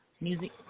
music